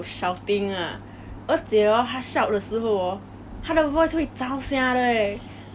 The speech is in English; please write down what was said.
so the whole class right was suppose to like shut up 可是 hor